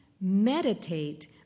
meditate